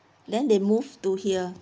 then they move to here